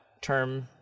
term